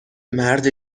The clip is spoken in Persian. مرد